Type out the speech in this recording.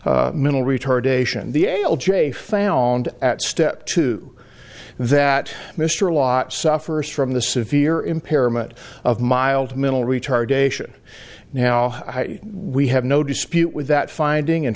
s mental retardation the ael j found at step two that mr lott suffers from the severe impairment of mild mental retardation now we have no dispute with that finding in